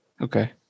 Okay